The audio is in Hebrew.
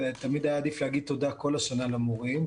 תמיד היה עדיף להגיד תודה כל השנה למורים,